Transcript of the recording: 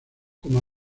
como